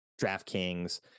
DraftKings